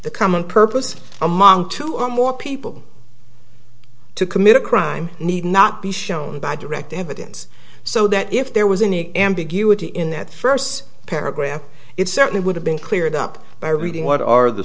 the common purpose among two or more people to commit a crime need not be shown by direct evidence so that if there was any ambiguity in that first paragraph it certainly would have been cleared up by reading what are the